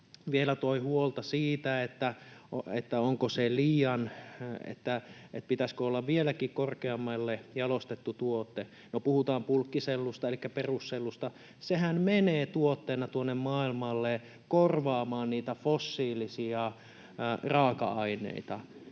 vielä toi huolta siitä, pitäisikö olla vieläkin korkeammalle jalostettu tuote. No, puhutaan bulkkisellusta elikkä perussellusta. Sehän menee tuotteena tuonne maailmalle korvaamaan niitä fossiilisia raaka-aineita